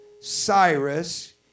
Cyrus